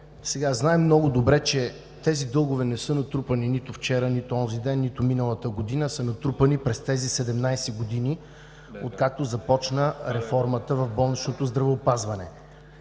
е. Знаем много добре, че тези дългове не са натрупани нито вчера, нито онзи ден, нито миналата година, а са натрупани през тези 17 години, откакто започна реформата в